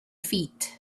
feet